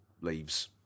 leaves